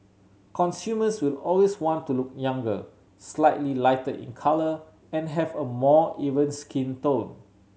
consumers will always want to look younger slightly lighter in colour and have a more even skin tone